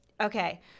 okay